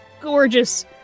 gorgeous